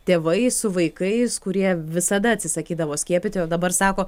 tėvai su vaikais kurie visada atsisakydavo skiepyti o dabar sako